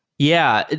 yeah.